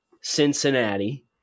Cincinnati